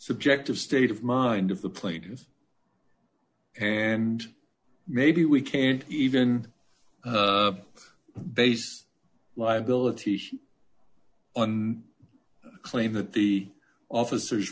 subject of state of mind of the plaintiff and maybe we can't even base liability and claim that the officers